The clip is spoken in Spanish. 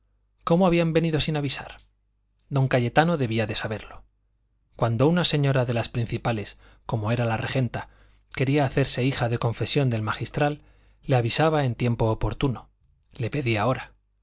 cómo habían venido sin avisar don cayetano debía de saberlo cuando una señora de las principales como era la regenta quería hacerse hija de confesión del magistral le avisaba en tiempo oportuno le pedía hora